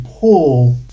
pull